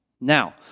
Now